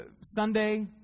Sunday